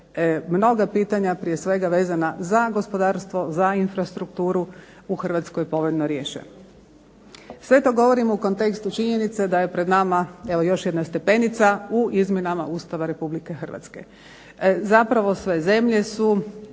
mnoga pitanja prije svega vezana za gospodarstvo, za infrastrukturu u Hrvatskoj povoljno riješe. Sve to govorim u kontekstu činjenice da je pred nama evo još jedna stepenica, u izmjenama Ustava Republike Hrvatske. Zapravo sve zemlje su